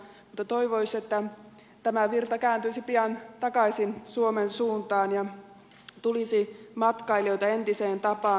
mutta toivoisi että tämä virta kääntyisi pian takaisin suomen suuntaan ja tulisi matkailijoita entiseen tapaan